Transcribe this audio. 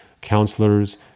counselors